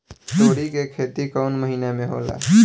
तोड़ी के खेती कउन महीना में होला?